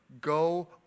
go